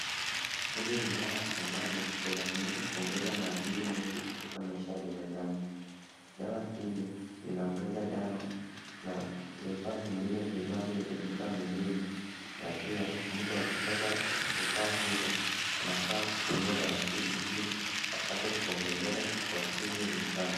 Hili ni dawa ambalo linatumika kuongeza maadili mengi katika maisha ya binadamu. Dawa hili linaongeza damu na vifaa vingine vinavyohitajika mwilini. Na pia mtu akikosa vifaa hivoa anafaa kutumia dawa ili kusaidia apate kuongezeka kwa hivyo vifaa.